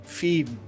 feed